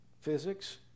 physics